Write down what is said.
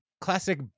classic